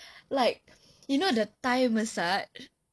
like you know the thai massage